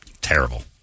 terrible